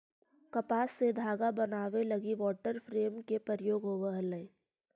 कपास से धागा बनावे लगी वाटर फ्रेम के प्रयोग होवऽ हलई